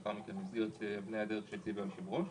לאחר מכן --- שהציע היושב-ראש.